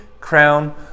crown